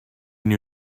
knew